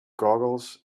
goggles